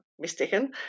mistaken